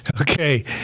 Okay